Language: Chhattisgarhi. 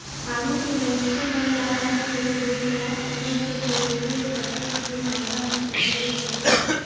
आघु के मइनसे मन ल आएज घलो देख ला ओमन जग बरोबेर बचेत के भावना हर सरलग रहथे